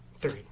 Three